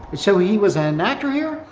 so, he was an actor here?